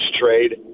trade